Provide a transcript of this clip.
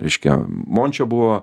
reiškia mončio buvo